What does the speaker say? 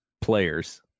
players